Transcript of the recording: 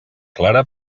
clara